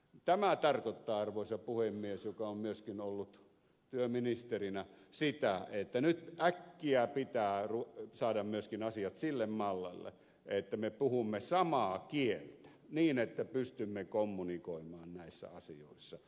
tämä tarkoittaa arvoisa puhemies joka olette myöskin ollut työministerinä sitä että nyt äkkiä pitää saada myöskin asiat sille mallille että me puhumme samaa kieltä niin että pystymme kommunikoimaan näissä asioissa